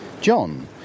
john